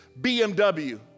BMW